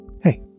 Hey